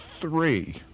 three